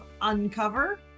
Uncover